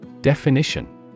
Definition